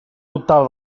dubtava